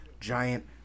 giant